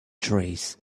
trees